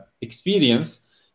experience